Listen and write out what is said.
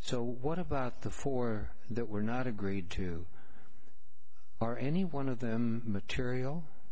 so what about the four that were not agreed to are any one of them material